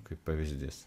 kaip pavyzdys